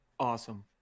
awesome